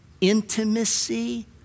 intimacy